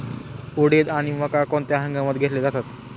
उडीद आणि मका कोणत्या हंगामात घेतले जातात?